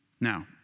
Now